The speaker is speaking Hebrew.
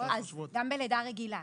שבועות גם בלידה רגילה.